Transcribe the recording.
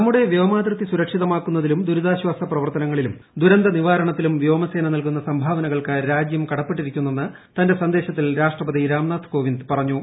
നമ്മുടെ വ്യോമാതിർത്തി സുരക്ഷിതമാക്കുന്നതിലും ദുരിതാശ്വാസ പ്രവർത്തനങ്ങളിലും ദുരന്തനിവാരണത്തിലും വ്യോമസേന നൽകുന്ന സംഭാവനകൾക്ക് രാജ്യം കടപ്പെട്ടിരിക്കുന്നെന്ന് തന്റെ സന്ദേശത്തിൽ രാഷ്ട്രപതി രാംനാഥ് കോവിന്ദ് പറഞ്ഞു